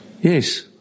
Yes